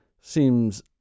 seems